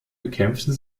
bekämpften